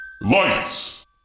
Lights